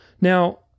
Now